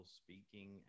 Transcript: speaking